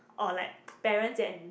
or like parents and